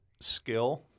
skill